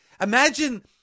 imagine